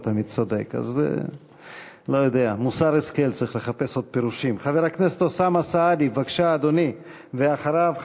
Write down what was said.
כי זה עוצר גם את התנועה, יהיה עליו קנס.